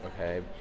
Okay